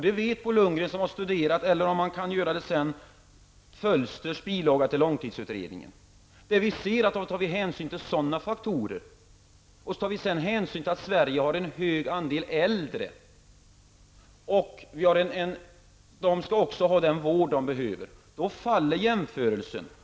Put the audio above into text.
Det vet Bo Lundgren som har studerat -- eller också kan han göra det sedan -- Fölsters bilaga till långtidsutredningen, där man har tagit hänsyn till sådana faktorer. Tar vi sedan hänsyn till att Sverige har en hög andel äldre och att de skall ha den vård de behöver, faller jämförelsen.